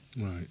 Right